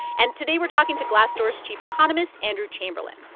and today, we're talking to glassdoor's chief economist, andrew chamberlain.